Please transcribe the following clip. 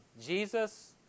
Jesus